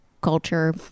culture